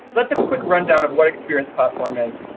so that's a quick rundown of what experience platform is.